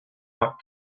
not